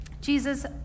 Jesus